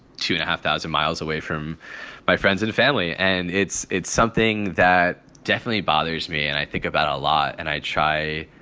two a half thousand miles away from my friends and family. and it's it's something that definitely bothers me. and i think about a lot and i try.